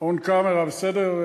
on camera בסדר?